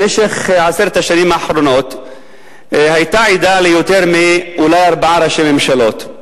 במשך עשר השנים האחרונות היתה אולי עדה ליותר מארבעה ראשי ממשלות.